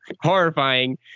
horrifying